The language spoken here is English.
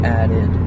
added